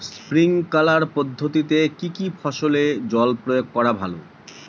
Sprinkler পদ্ধতিতে কি কী ফসলে জল প্রয়োগ করা ভালো?